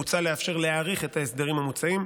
מוצע לאפשר להאריך את ההסדרים המוצעים.